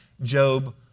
Job